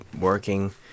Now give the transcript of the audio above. working